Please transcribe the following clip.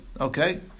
Okay